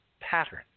pattern